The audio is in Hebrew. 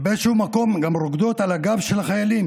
שבאיזשהו מקום גם רוקדות על הגב של החיילים: